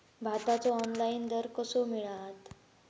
भाताचो ऑनलाइन दर कसो मिळात?